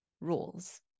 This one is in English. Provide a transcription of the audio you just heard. rules